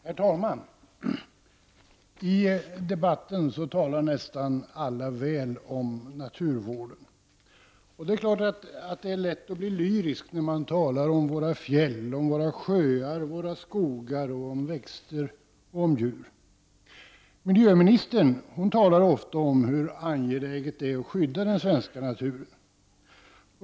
Herr talman! I debatten talar nästan alla väl om naturvården. Det är lätt att bli lyrisk när man talar om våra fjäll, våra sjöar, våra skogar och om växter och djur. Miljöministern talar ofta om hur angeläget det är att skydda den svenska naturen.